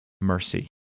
mercy